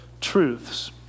truths